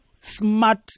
smart